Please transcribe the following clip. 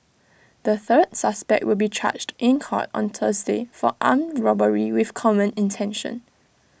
the third suspect will be charged in court on Thursday for armed robbery with common intention